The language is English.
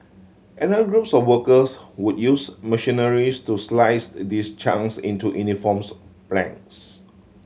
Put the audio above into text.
another group of workers would use machineries to slice these chunks into uniforms planks